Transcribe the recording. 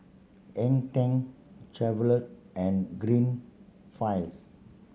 Hang Ten Chevrolet and Greenfields